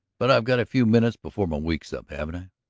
but i've got a few minutes before my week's up, haven't i?